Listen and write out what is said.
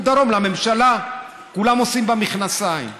החליטה שסוגיית עונשי המינימום